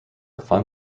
fun